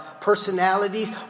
personalities